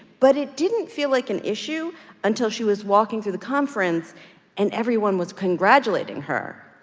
but it didn't feel like an issue until she was walking through the conference and everyone was congratulating her.